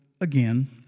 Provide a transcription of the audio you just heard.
again